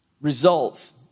results